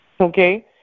Okay